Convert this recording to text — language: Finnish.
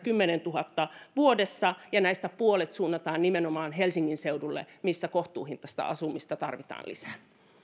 kymmenessätuhannessa vuodessa ja näistä puolet suunnataan nimenomaan helsingin seudulle missä kohtuuhintaista asumista tarvitaan lisää